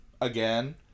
again